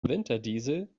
winterdiesel